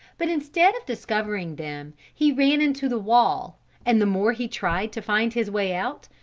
but instead of discovering them he ran into the wall and the more he tried to find his way out,